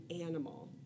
animal